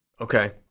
Okay